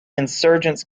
insurgents